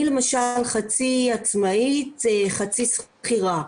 אני למשל חצי עצמאית, חצי שכירה.